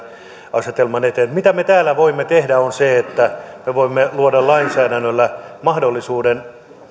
asetelman esiin se mitä me täällä voimme tehdä on se että me voimme luoda lainsäädännöllä mahdollisuuden